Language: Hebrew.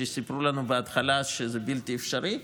שסיפרו לנו בהתחלה שזה בלתי אפשרי.